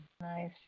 Nice